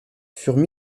furent